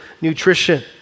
nutrition